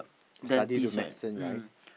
study to medicine right